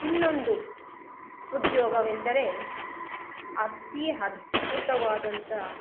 ಇನ್ನೊಂದು ಉದ್ಯೋಗವೆಂದರೆ ಅತೀ ಅದ್ಬುತವಾದಂಥ